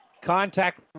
Contact